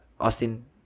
Austin